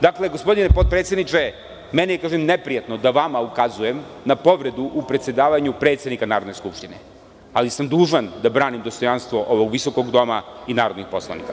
Dakle, gospodine potpredsedniče neprijatno mi je da vama ukazujem na povredu u predsedavanju predsednika Narodne skupštine, ali sam dužan da branim dostojanstvo ovog visokog doma i narodnih poslanika.